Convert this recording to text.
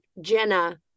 jenna